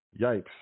Yikes